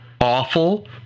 awful